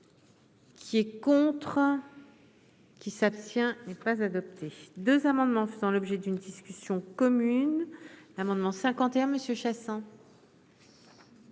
Qui est contre. Qui s'abstient n'est pas adopté 2 amendements faisant l'objet d'une discussion commune d'amendements 51 Monsieur